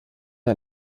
der